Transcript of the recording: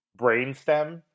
brainstem